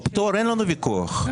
בפטור אין לנו ויכוח,